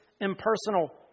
impersonal